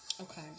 okay